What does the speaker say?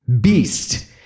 beast